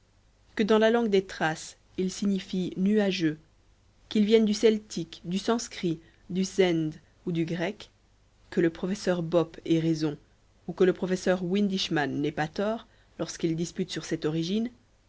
que dans la langue des thraces il signifie nuageux qu'il vienne du celtique du sanscrit du zend ou du grec que le professeur bupp ait raison ou que le professeur windishmann n'ait pas tort lorsqu'ils disputent sur cette origine